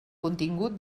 contingut